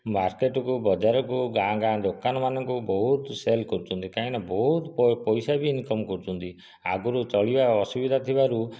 ମାର୍କେଟକୁ ବଜାରକୁ ଗାଁ ଗାଁ ଦୋକାନ ମାନଙ୍କୁ ବହୁତ ସେଲ୍ କରୁଛନ୍ତି କାହିଁକିନା ବହୁତ ପଇସା ବି ଇନକମ୍ କରୁଛନ୍ତି ଆଗରୁ ଚଳିବା ଅସୁବିଧା ଥିବାରୁ